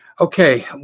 Okay